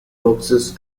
boxes